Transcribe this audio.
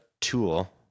tool